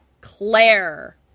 Claire